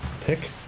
pick